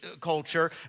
culture